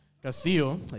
Castillo